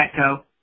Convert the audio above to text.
Petco